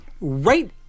right